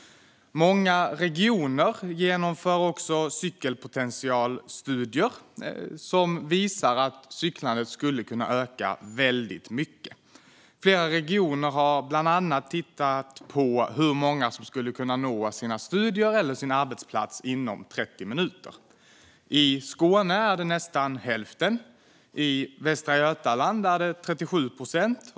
Många regioner genomför cykelpotentialstudier som visar att cyklandet skulle kunna öka väldigt mycket. Flera regioner har bland annat tittat på hur många som skulle kunna nå sina studier eller sin arbetsplats inom 30 minuter. I Skåne är det nästan hälften. I Västra Götaland är det 37 procent.